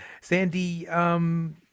Sandy